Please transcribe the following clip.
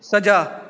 ਸੱਜਾ